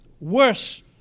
Worse